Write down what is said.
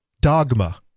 dogma